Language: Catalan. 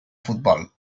futbol